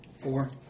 Four